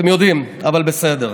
אתם יודעים, אבל בסדר.